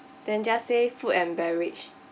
then just say food and beverage